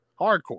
hardcore